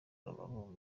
rubavu